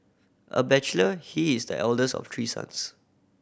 a bachelor he is the eldest of three sons